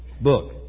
book